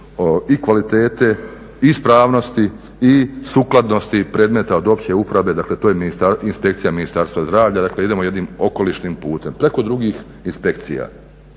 i kvalitete, ispravnosti i sukladnosti predmeta od opće uporabe. Dakle, to je Inspekcija Ministarstva zdravlja. Dakle, idemo jednim okolišnim putem preko drugih inspekcija.